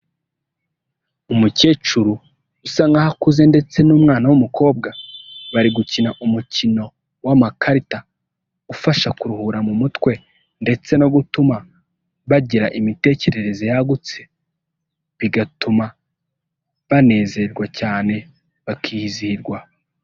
Umukecuru usa nk'aho akuze ndetse n'umwana w'umukobwa bari gukina umukino w'amakarita, ufasha kuruhura mu mutwe ndetse no gutuma bagira imitekerereze yagutse bigatuma banezerwa cyane bakizihirwa.